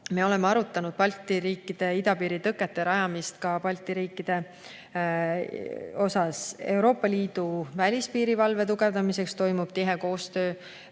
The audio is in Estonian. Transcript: me oleme arutanud Balti riikide idapiiri tõkete rajamist ka Balti riikide osas. Euroopa Liidu välispiiri valve tugevdamiseks toimub tihe koostöö